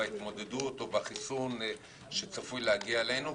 בהתמודדות או עם החיסון שצפוי להגיע אלינו.